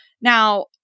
Now